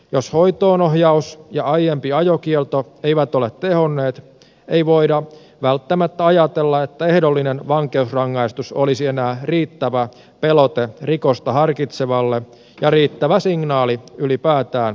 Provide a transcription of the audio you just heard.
jos hoitoonohjaus ja aiempi ajokielto eivät ole tehonneet ei voida välttämättä ajatella että ehdollinen vankeusrangaistus olisi enää riittävä pelote rikosta harkitsevalle ja riittävä signaali ylipäätään yhteiskunnaltamme